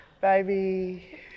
Baby